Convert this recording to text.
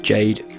Jade